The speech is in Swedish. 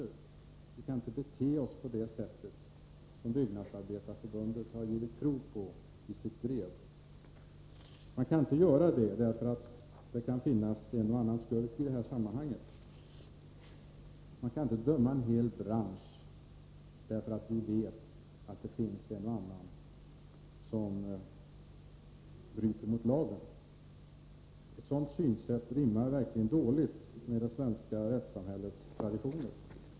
Vi kan inte bete oss på det sätt som Byggnadsarbetareförbundet har givit prov på i sitt brev. Man kan inte göra så bara därför att det kan finnas en och annan skurk. Man kan inte döma en hel bransch därför att man vet att det finns en och annan som bryter mot lagen. fackliga organisationer att infordra Ett sådant synsätt rimmar verkligen illa med det svenska rättssamhällets traditioner.